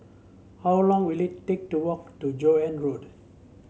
how long will it take to walk to Joan Road